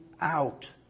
out